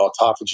autophagy